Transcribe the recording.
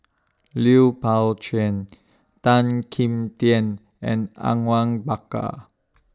Lui Pao Chuen Tan Kim Tian and Awang Bakar